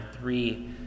three